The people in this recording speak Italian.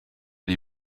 dei